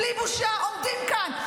בלי בושה עומדים כאן.